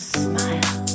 smile